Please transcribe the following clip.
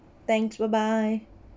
thanks bye bye